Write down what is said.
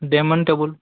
ଡେମାନ୍ table